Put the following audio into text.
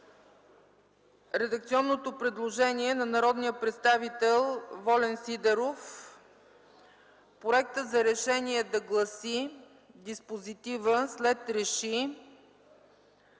редакционното предложение от народния представител Волен Сидеров проектът за решение да гласи: диспозитива след реши